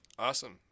Awesome